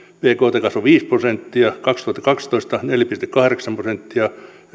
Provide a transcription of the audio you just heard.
bkt kasvoi viisi prosenttia kaksituhattakaksitoista se kasvoi neljä pilkku kahdeksan prosenttia